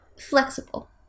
flexible